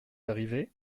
arrivé